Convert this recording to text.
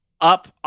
up